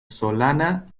solana